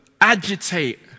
agitate